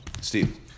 Steve